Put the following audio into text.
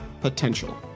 potential